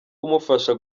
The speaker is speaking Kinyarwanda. kumufasha